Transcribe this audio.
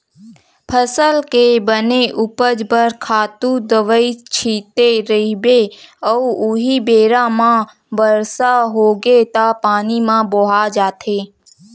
फसल के बने उपज बर खातू दवई छिते रहिबे अउ उहीं बेरा म बरसा होगे त पानी म बोहा जाथे